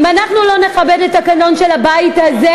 אם אנחנו לא נכבד את התקנון של הבית הזה,